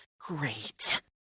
Great